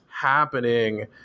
happening